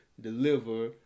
deliver